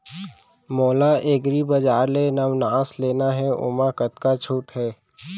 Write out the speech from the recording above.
मोला एग्रीबजार ले नवनास लेना हे ओमा कतका छूट हे?